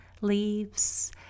leaves